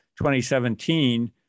2017